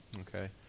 okay